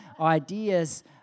ideas